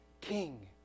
king